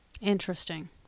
Interesting